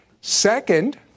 Second